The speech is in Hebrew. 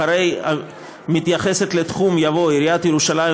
אחרי "המתייחסת לתחום" יבוא "עיריית ירושלים,